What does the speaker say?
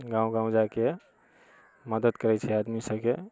गाँव गाँव जाके मदद करै छै आदमी सबके